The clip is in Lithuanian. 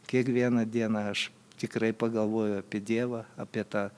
kiekvieną dieną aš tikrai pagalvoju apie dievą apie tą